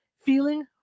feeling